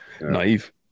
Naive